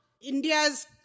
India's